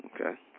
okay